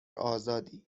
آزادی